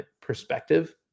perspective